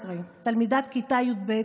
בת 18, תלמידת כיתה י"ב,